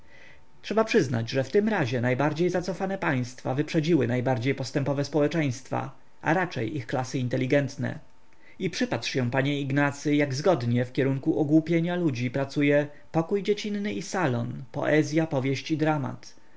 trzeba przyznać że w tym razie najbardziej zacofane państwa wyprzedziły najbardziej postępowe społeczeństwa a raczej ich klasy inteligentne i przypatrz się panie ignacy jak zgodnie w kierunku ogłupienia ludzi pracuje pokój dziecinny i salon poezya powieść i dramat